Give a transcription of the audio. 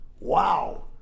Wow